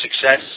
success